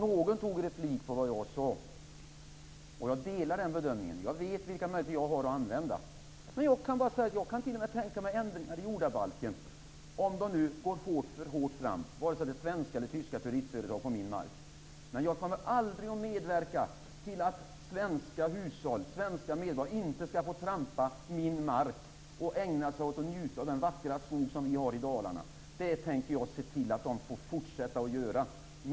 Fru talman! Jag tackar för att någon tog replik på mitt anförande. Jag delar Ingemar Josefssons bedömning. Jag vet vilka möjligheter jag har att använda. Jag kan bara säga att jag t.o.m. kan tänka mig ändringar i jordabalken, om de nu går för hårt fram på min mark, vare sig det är svenska eller tyska turistföretag. Men jag kommer aldrig att medverka till att svenska medborgare inte skall få trampa min mark och njuta av den vackra skog som vi har i Dalarna. Jag tänker se till att de får fortsätta att göra det.